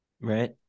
right